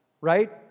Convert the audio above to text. right